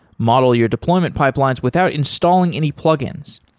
model your deployment pipelines without installing any plug-ins.